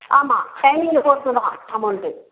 ஆமாம் டைமிங்கை பொறுத்து தான் அமௌண்ட்டு